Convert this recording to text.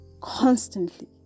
constantly